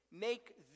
Make